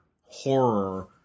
horror